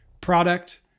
product